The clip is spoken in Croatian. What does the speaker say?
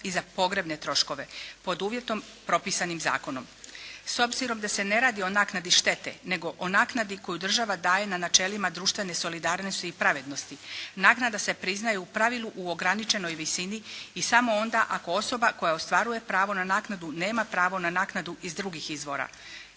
i za pogrebne troškove pod uvjetom propisanim zakonom. S obzirom da se ne radi o naknadi štete nego o naknadi koju država daje na načelima društvene solidarnosti i pravednosti, naknada se priznaje u pravilu u ograničenoj visini i samo onda ako osoba koja ostvaruje pravo na naknadu nema pravo na naknadu iz drugih izvora